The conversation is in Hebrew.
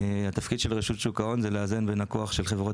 התפקיד של רשות שוק ההון הוא לאזן בין הכוח של חברות